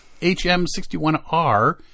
HM61R